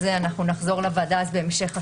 שזה אנחנו נחזור לוועדה בהמשך השבוע.